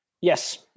Yes